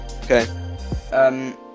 Okay